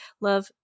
love